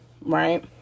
Right